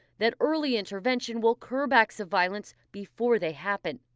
that early intervention will curb acts of violence before they happen.